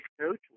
coach